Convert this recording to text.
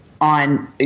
on